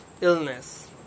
illness